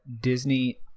disney